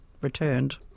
returned